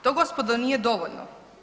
To gospodo nije dovoljno.